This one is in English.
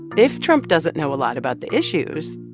if trump doesn't know a lot about the issues,